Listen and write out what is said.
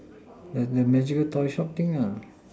there's the magical toy shop thing